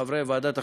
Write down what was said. חברי ועדת החינוך,